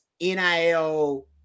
nil